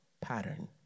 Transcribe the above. pattern